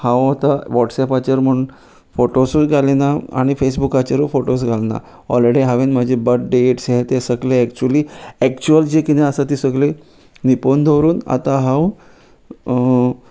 हांव आतां वॉट्सॅपाचेर म्हूण फोटोसूय घालिना आनी फेसबुकाचेरूय फोटोस घालना ऑलरेडी हांवेन म्हजे बर्थ डॅट्स हे ते सगळे एक्चुली एक्चुअल जे कितें आसा ती सगळी लिपोन दवरून आतां हांव